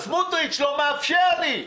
אבל סמוטריץ' לא מאפשר לי.